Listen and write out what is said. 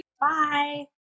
Bye